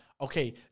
okay